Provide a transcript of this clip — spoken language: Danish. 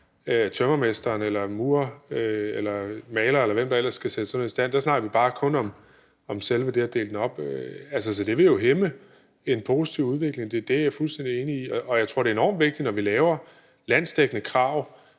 tømrermester, en murer, en maler, eller hvem der ellers kan sætte sådan noget i stand, men vi snakker kun om selve det at dele den op. Så det vil jo hæmme en positiv udvikling. Det er jeg fuldstændig enig i, og jeg tror, det her er enormt vigtigt, når vi laver landsdækkende krav.